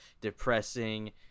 depressing